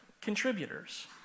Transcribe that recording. contributors